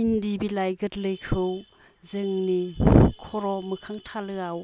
इन्दि बिलाइ गोरलैखौ जोंनि खर' मोखां थालोआव